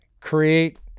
create